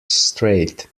strait